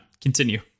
Continue